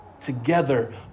together